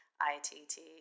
I-T-T